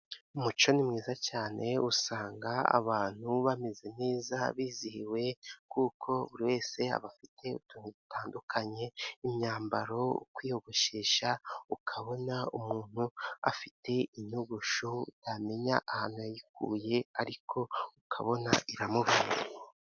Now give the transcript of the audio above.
Umuco ni mwiza cyane usanga abantu bameze neza bizihiwe kuko buri wese aba afite utuntu dutandukanye, imyambaro, kwiyogoshesha ukabona umuntu afite inyogosho yamenya ahayiku ariko ukabona iramubereye.